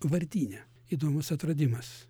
vardyne įdomus atradimas